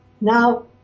Now